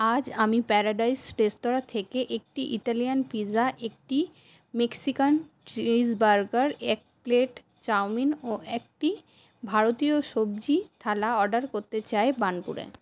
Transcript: আজ আমি প্যারাডাইস রেস্তোরাঁ থেকে একটি ইটালিয়ান পিৎজা একটি মেক্সিকান চিজ বার্গার এক প্লেট চাউমিন ও একটি ভারতীয় সবজি থালা অর্ডার করতে চাই বার্নপুরে